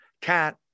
cat